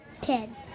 Ten